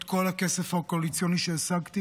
את כל הכסף הקואליציוני שהשגתי